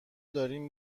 دارین